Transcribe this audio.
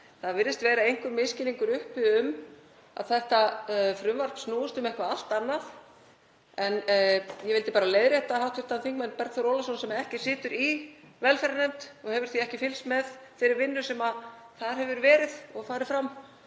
Það virðist vera einhver misskilningur uppi um að frumvarpið snúist um eitthvað allt annað. Ég vildi bara leiðrétta hv. þm. Bergþór Ólason, sem ekki situr í velferðarnefnd og hefur því ekki fylgst með þeirri vinnu sem þar hefur farið fram,